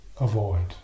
avoid